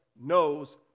knows